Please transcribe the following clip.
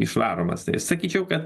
išvaromas tai aš sakyčiau kad